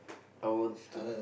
I want to